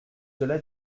cela